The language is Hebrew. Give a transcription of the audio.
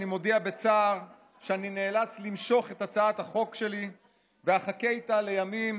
אני מודיע בצער שאני נאלץ למשוך את הצעת החוק שלי ואחכה איתה לימים